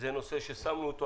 זה נושא שאנחנו שמנו אותו